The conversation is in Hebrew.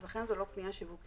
אז לכן זו לא פניה שיווקית.